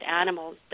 animals